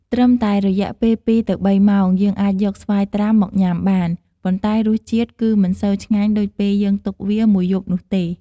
ត្រឹមតែរយៈពេល ២ទៅ៣ម៉ោង យើងអាចយកស្វាយត្រាំមកញុំាបាន ប៉ុន្តែរសជាតិគឺមិនសូវឆ្ងាញ់ដូចពេលយើងទុកវាមួយយប់នោះទេ។